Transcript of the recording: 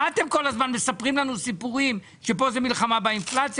מה אתם כל הזמן מספרים לנו סיפורים שפה זה מלחמה באינפלציה